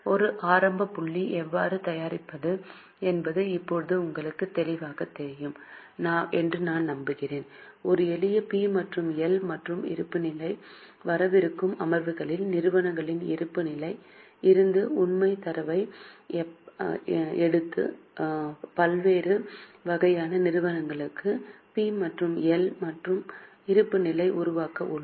ஒரு ஆரம்ப புள்ளியை எவ்வாறு தயாரிப்பது என்பது இப்போது உங்களுக்குத் தெளிவாகத் தெரியும் என்று நம்புகிறேன் ஒரு எளிய பி மற்றும் எல் மற்றும் இருப்புநிலை வரவிருக்கும் அமர்வுகளில் நிறுவனங்களின் இருப்பு நிலைகளில் இருந்து உண்மையான தரவை எடுக்கும் பல்வேறு வகையான நிறுவனங்களுக்கு பி மற்றும் எல் மற்றும் இருப்புநிலைகளை உருவாக்க உள்ளோம்